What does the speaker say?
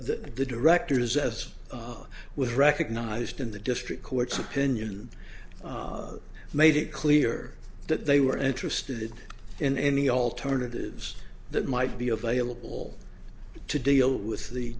the directors as was recognized in the district court's opinion made it clear that they were interested in any alternatives that might be available to deal with the